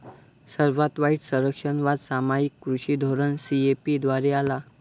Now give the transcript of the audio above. सर्वात वाईट संरक्षणवाद सामायिक कृषी धोरण सी.ए.पी द्वारे आला